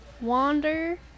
Wander